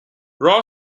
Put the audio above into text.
raw